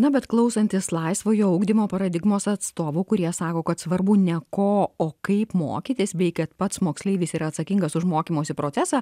na bet klausantis laisvojo ugdymo paradigmos atstovų kurie sako kad svarbu ne ko o kaip mokytis bei kad pats moksleivis yra atsakingas už mokymosi procesą